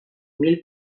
mil